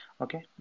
Okay